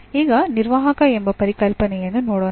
ಈಗ ನಿರ್ವಾಹಕ ಎಂಬ ಪರಿಕಲ್ಪನೆಯನ್ನು ನೋಡೋಣ